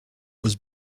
was